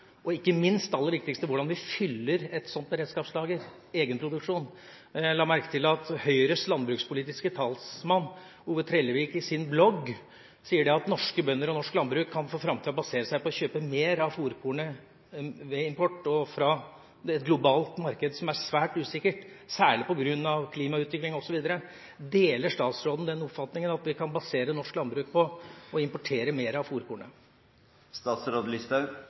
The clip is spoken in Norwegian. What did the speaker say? egenproduksjon. Jeg la merke til at Høyres landbrukspolitiske talsmann, Ove Trellevik, i sin blogg sier at norske bønder og norsk landbruk for framtida kan basere seg på å kjøpe mer av fôrkornet ved import – fra et globalt marked som er svært usikkert, særlig på grunn av klimautviklinga osv. Deler statsråden oppfatninga om at vi kan basere norsk landbruk på å importere mer av